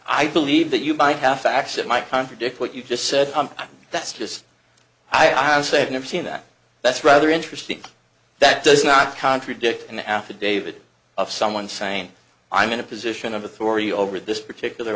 i believe that you might have facts that might contradict what you just said that's just i say i've never seen that that's rather interesting that does not contradict an affidavit of someone saying i'm in a position of authority over this particular